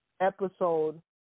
episode